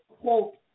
quote